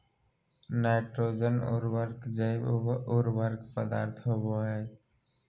nitrogen उर्वरक जैव उर्वरक पदार्थ होबो हइ